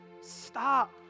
Stop